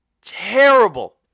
terrible